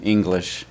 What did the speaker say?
English